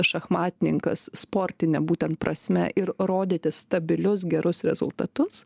šachmatininkas sportine būtent prasme ir rodyti stabilius gerus rezultatus